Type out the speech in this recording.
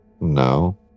no